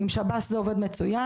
עם שב"ס זה עובד מצוין,